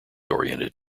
oriented